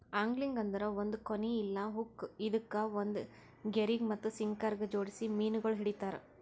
angling ಅಂದುರ್ ಒಂದ್ ಕೋನಿ ಇಲ್ಲಾ ಹುಕ್ ಇದುಕ್ ಒಂದ್ ಗೆರಿಗ್ ಮತ್ತ ಸಿಂಕರಗ್ ಜೋಡಿಸಿ ಮೀನಗೊಳ್ ಹಿಡಿತಾರ್